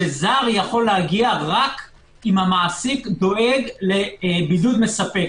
שזר יכול להגיע רק אם המעסיק דואג לבידוד מספק